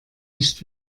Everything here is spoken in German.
nicht